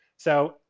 so,